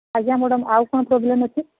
ଆଜ୍ଞା ମ୍ୟାଡ଼ମ୍ ଆଉ କ'ଣ ପ୍ରୋବ୍ଲେମ୍ ଅଛି